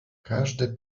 każde